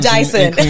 Dyson